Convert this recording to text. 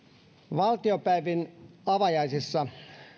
valtiopäivien avajaisissa